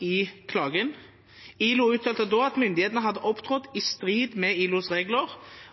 i klagen. ILO uttalte da at myndighetene hadde opptrådd i strid med ILOs regler,